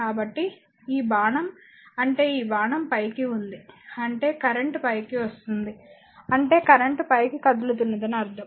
కాబట్టి ఈ బాణం అంటే ఆ బాణం పైకి ఉంది అంటే కరెంట్ పైకి వస్తుంది అంటే కరెంట్ పైకి కదులుతున్నదని అర్థం